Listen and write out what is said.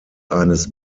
eines